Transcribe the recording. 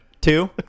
Two